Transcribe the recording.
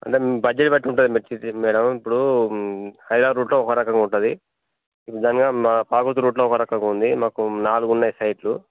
అంటే బడ్జెట్ బట్టి ఉంటది మేడం ఇప్పుడు హైనా రూట్లో ఒక రకంగా ఉంటుంది ఇది జన్గా రూట్లో ఒక రకంగా ఉంది మాకు నాలుగు ఉన్నాయి సైట్లు